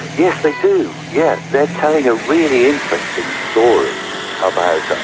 yes they do, yeah they're telling a really interesting story about us,